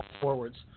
forwards